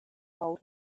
hold